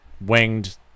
winged